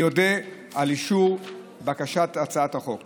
אני אודה על אישור הצעת החוק.